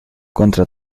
contra